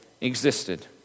existed